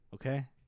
Okay